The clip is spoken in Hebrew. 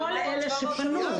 כל אלה שפנו.